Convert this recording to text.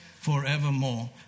forevermore